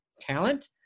talent